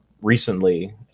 recently